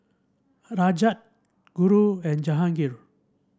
Rajat Guru and Jahangir